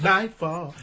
Nightfall